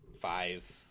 five